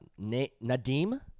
Nadim